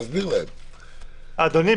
אדוני,